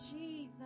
Jesus